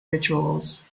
rituals